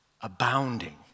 Abounding